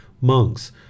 Monks